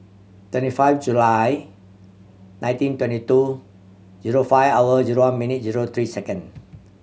twenty five July nineteen twenty two zero five hour zero one minute zero three second